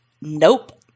Nope